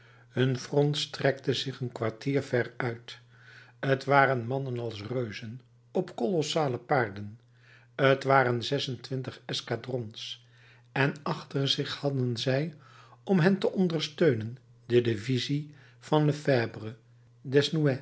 hun front strekte zich een kwartier ver uit t waren mannen als reuzen op kolossale paarden t waren zes-en-twintig escadrons en achter zich hadden zij om hen te ondersteunen de divisie van lefèbvre desnouettes de